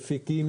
מפיקים,